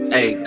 Hey